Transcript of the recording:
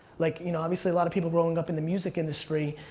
like, you know, obviously, a lot of people growing up in the music industry,